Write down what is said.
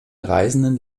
reisenden